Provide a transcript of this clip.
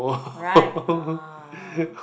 right ah